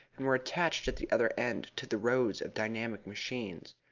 and were attached at the other end to the rows of dynamic machines.